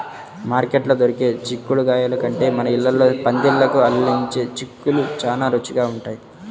మార్కెట్లో దొరికే చిక్కుడుగాయల కంటే మన ఇళ్ళల్లో పందిళ్ళకు అల్లించే చిక్కుళ్ళు చానా రుచిగా ఉంటయ్